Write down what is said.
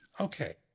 Okay